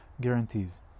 guarantees